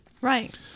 right